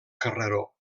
carreró